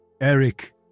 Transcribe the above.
Eric